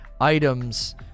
items